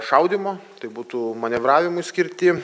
šaudymo tai būtų manevravimui skirti